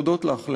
להודות לך,